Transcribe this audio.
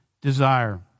desire